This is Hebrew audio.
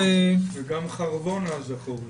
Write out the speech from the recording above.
וגם חרבונה זכור לטוב.